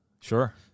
Sure